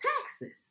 taxes